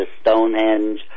Stonehenge